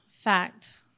Fact